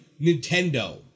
Nintendo